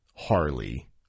Harley